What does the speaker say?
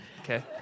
Okay